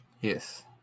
Yes